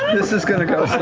this is going to go so